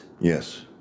Yes